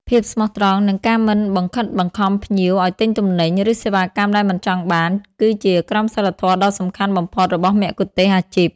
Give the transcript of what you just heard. ភាពស្មោះត្រង់ និងការមិនបង្ខិតបង្ខំភ្ញៀវឱ្យទិញទំនិញ ឬសេវាកម្មដែលមិនចង់បាន គឺជាក្រមសីលធម៌ដ៏សំខាន់បំផុតរបស់មគ្គុទ្ទេសក៍អាជីព។